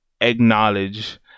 acknowledge